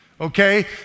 Okay